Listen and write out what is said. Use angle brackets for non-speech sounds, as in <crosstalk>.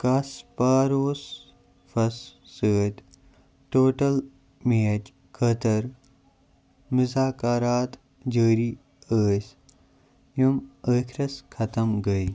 <unintelligible> سۭتۍ total match خٲطرٕ مذاکرات جٲری ٲسۍ یِم ٲخرس ختم گٔے